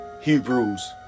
Hebrews